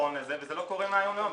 וזה לא קורה מהיום להיום.